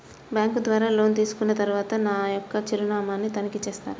Bank ద్వారా loan తీసుకున్న తరువాత నా యొక్క చిరునామాని తనిఖీ చేస్తారా?